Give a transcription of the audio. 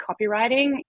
copywriting